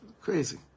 crazy